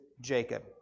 Jacob